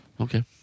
Okay